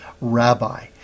rabbi